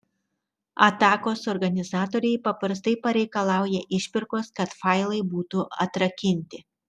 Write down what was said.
atakos organizatoriai paprastai pareikalauja išpirkos kad failai būtų atrakinti